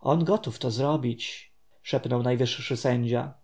on gotów to zrobić szepnął najwyższy sędzia